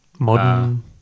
Modern